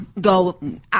go